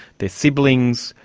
their siblings,